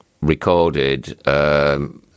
recorded –